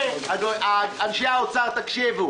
זה, אנשי האוצר תקשיבו